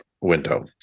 window